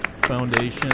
Foundation